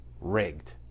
rigged